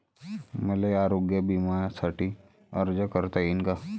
मले आरोग्य बिम्यासाठी अर्ज करता येईन का?